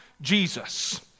Jesus